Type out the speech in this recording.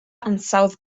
ansawdd